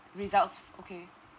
results okay